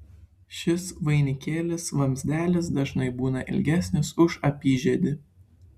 šis vainikėlis vamzdelis dažnai būna ilgesnis už apyžiedį